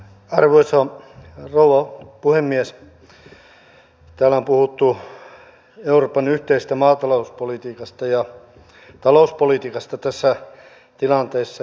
täällä on puhuttu euroopan yhteisestä maatalouspolitiikasta ja talouspolitiikasta tässä tilanteessa